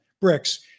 bricks